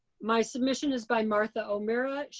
my submission is by martha omeara.